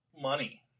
money